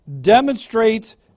demonstrates